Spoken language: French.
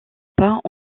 pas